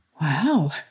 Wow